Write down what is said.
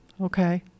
okay